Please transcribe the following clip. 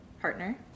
partner